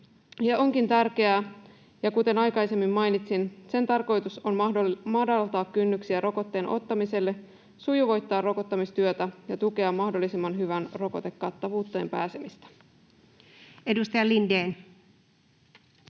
onkin tärkeää, kuten aikaisemmin mainitsin, että sen tarkoitus on madaltaa kynnyksiä rokotteen ottamiselle, sujuvoittaa rokottamistyötä ja tukea mahdollisimman hyvään rokotuskattavuuteen pääsemistä. Edustaja Lindén.